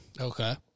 Okay